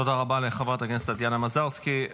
תודה רבה לחברת הכנסת טטיאנה מזרסקי.